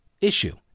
issue